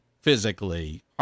physically